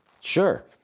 Sure